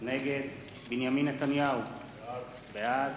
נגד בנימין נתניהו, בעד